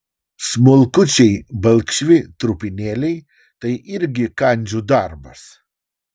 smulkučiai balkšvi trupinėliai tai irgi kandžių darbas